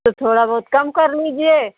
तो थोड़ा बहुत कम कर लीजिए